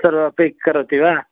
तदपि करोति वा